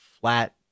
flat